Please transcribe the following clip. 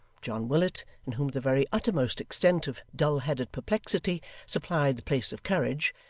john willet, in whom the very uttermost extent of dull-headed perplexity supplied the place of courage,